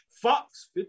Fox